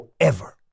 forever